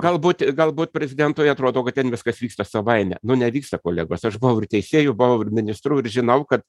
galbūt galbūt prezidentui atrodo kad ten viskas vyksta savaime nu nevyksta kolegos aš buvau ir teisėju buvau ir ministru ir žinau kad